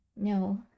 no